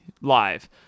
live